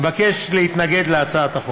אני מבקש להתנגד להצעת החוק.